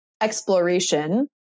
exploration